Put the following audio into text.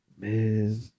Man